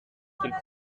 qu’il